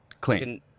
Clean